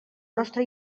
nostra